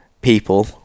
people